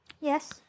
Yes